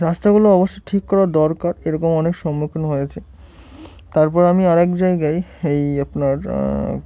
রাস্তাগুলো অবশ্যই ঠিক করাার দরকার এরকম অনেক সম্মুখীন হয়েছে তারপর আমি আরেক জায়গায় এই আপনার